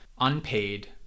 unpaid